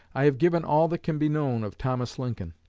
i have given all that can be known of thomas lincoln.